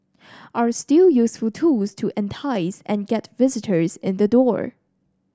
are still useful tools to entice and get visitors in the door